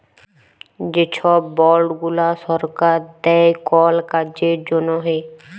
যে ছব বল্ড গুলা সরকার দেই কল কাজের জ্যনহে